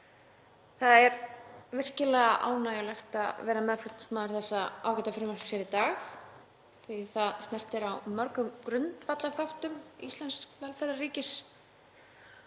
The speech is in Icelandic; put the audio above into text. Það er virkilega ánægjulegt að vera meðflutningsmaður þessa ágæta frumvarps hér í dag því að það snertir á mörgum grundvallarþáttum íslensks velferðarríkis